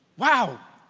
wow,